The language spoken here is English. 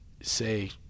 say